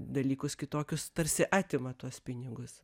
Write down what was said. dalykus kitokius tarsi atima tuos pinigus